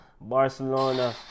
Barcelona